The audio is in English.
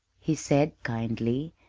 he said kindly,